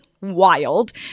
wild